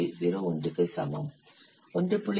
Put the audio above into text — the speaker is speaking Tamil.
01 க்கு சமம் 1